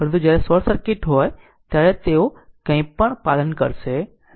પરંતુ જ્યારે short circuit હોય ત્યાં તેઓ કંઈપણનું પાલન કરશે નહીં